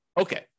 Okay